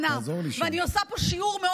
תעזור לי שם, סגן היושב-ראש.